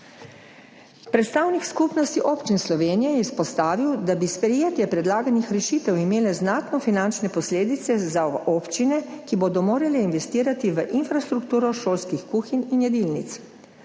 Predstavnik Skupnosti občin Slovenije je izpostavil, da bi sprejetje predlaganih rešitev imele znatne finančne posledice za občine, ki bodo morale investirati v infrastrukturo šolskih kuhinj in jedilnic.